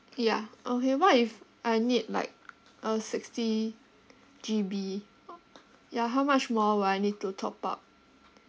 ya okay what if I need like uh sixty G_B ya how much more will I need to top up